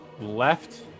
left